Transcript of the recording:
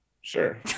Sure